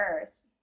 first